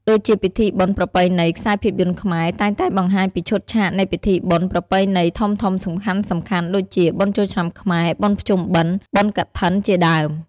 ដូចជាពិធីបុណ្យប្រពៃណី ខ្សែភាពយន្តខ្មែរតែងតែបង្ហាញពីឈុតឆាកនៃពិធីបុណ្យប្រពៃណីធំៗសំខាន់ៗដូចជា បុណ្យចូលឆ្នាំខ្មែរ បុណ្យភ្ជុំបិណ្ឌ បុណ្យកឋិន ជាដើម ។